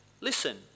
Listen